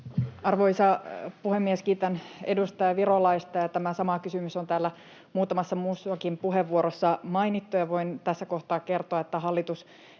Arvoisa puhemies! Kiitän edustaja Virolaista — ja tämä sama kysymys on täällä muutamassa muussakin puheenvuorossa mainittu — ja voin tässä kohtaa kertoa, että hallitus